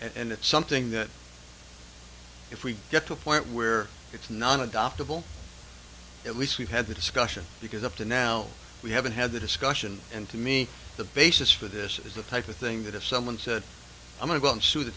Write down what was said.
and it's something that if we get to a point where it's not adoptable at least we've had the discussion because up to now we haven't had the discussion and to me the basis for this is the type of thing that if someone said i'm going to